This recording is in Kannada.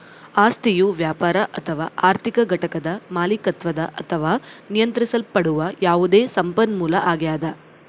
ಆಸ್ತಿಯು ವ್ಯಾಪಾರ ಅಥವಾ ಆರ್ಥಿಕ ಘಟಕದ ಮಾಲೀಕತ್ವದ ಅಥವಾ ನಿಯಂತ್ರಿಸಲ್ಪಡುವ ಯಾವುದೇ ಸಂಪನ್ಮೂಲ ಆಗ್ಯದ